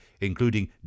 including